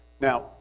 Now